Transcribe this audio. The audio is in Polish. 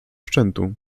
szczętu